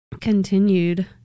continued